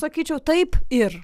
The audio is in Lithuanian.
sakyčiau taip ir